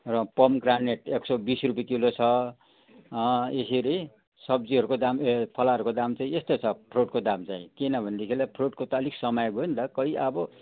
र पोमेग्रेनेट एक सौ बिस रुपियाँ किलो छ यसरी सब्जीहरूको दाम ए फलारहरूको दाम चाहिँ यस्तो छ फ्रुटको दाम चाहिँ किनभनेदेखिलाई फ्रुटको त समय गयो नि त खोइ अब